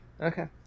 okay